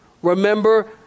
Remember